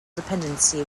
dependency